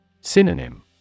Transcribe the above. Synonym